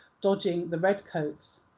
dodging the redcoats.